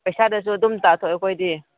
ꯄꯩꯁꯥꯗꯁꯨ ꯑꯗꯨꯝ ꯇꯥꯊꯣꯛꯑꯦ ꯑꯩꯈꯣꯏꯗꯤ